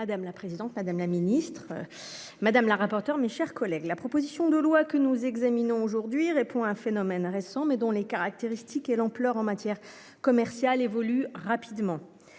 Madame la présidente, madame la ministre. Madame la rapporteure, mes chers collègues, la proposition de loi que nous examinons aujourd'hui répond à un phénomène récent mais dont les caractéristiques et l'ampleur en matière commerciale évolue rapidement.